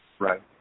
Right